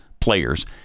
players